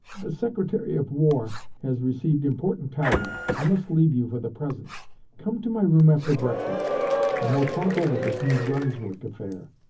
the secretary of war has received important tidings i must leave you for the present come to my room after breakfast and we'll talk over this new brunswick affair.